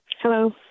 Hello